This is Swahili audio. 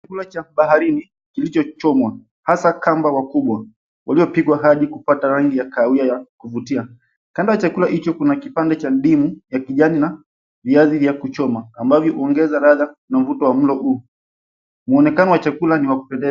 Chakula cha baharini kilichochomwa hasa kamba wakubwa waliopigwa hadi kupata rangi ya kahawia ya kuvutia. Kando ya chakula hicho kuna kipande cha ndimu ya kijani na viazi vya kuchoma ambavyo huongeza radha na mvuto wa mlo huu. Muonekano wa chakula ni wa kupendeza